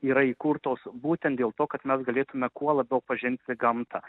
yra įkurtos būtent dėl to kad mes galėtume kuo labiau pažinti gamtą